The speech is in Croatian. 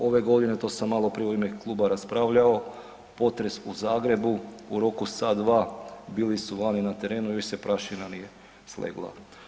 Ove godine, to sam maloprije u ime kluba raspravljao, potres u Zagrebu, u roku sat dva bili su vani na terenu i još se prašina nije slegla.